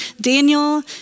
Daniel